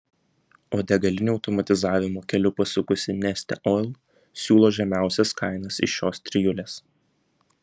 o degalinių automatizavimo keliu pasukusi neste oil siūlo žemiausias kainas iš šios trijulės